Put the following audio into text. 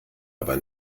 aber